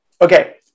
okay